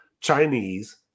Chinese